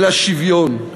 אלא שוויון.